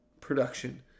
production